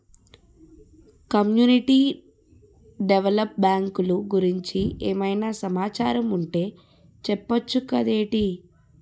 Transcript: community develop బ్యాంకులు గురించి ఏమైనా సమాచారం ఉంటె చెప్పొచ్చు కదేటి